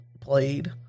played